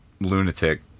lunatic